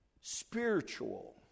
spiritual